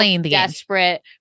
desperate